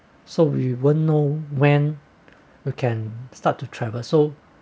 so we will know when you can start to travel so